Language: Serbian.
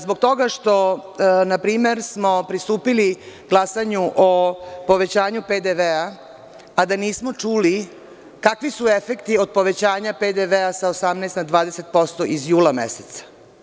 Zbog toga što smo, na primer, pristupili glasanju o povećanju PDV, a da nismo čuli kakvi su efekti od povećanja PDV sa 18% na 20% iz jula meseca.